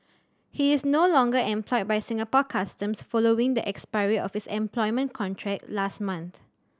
he is no longer employed by Singapore Customs following the expiry of his employment contract last month